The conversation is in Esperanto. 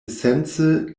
esence